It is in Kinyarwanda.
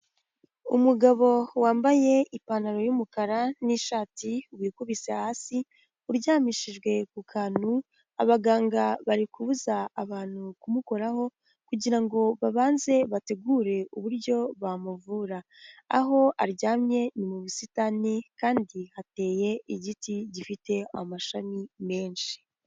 Umugabo wambaye ipantaro y'umukara n'ishati wikubise hasi uryamishijwe ku kantu abaganga bari kubuza abantu kumukoraho kugirango babanze bategure uburyo bamuvura. Aho aryamye ni mu busitani kandi hateye igiti gifite amashami menshi.